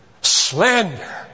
slander